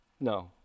No